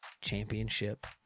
championship